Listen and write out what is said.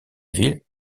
ville